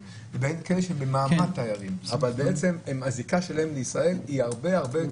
לבין כאלה שהם במעמד של תיירים אבל הזיקה שלהם לישראל היא הרבה יותר